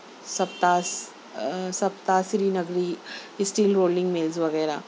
سپتاس سپتاسری نگری steel holding mill وغیرہ